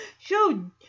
show